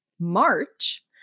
March